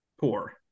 poor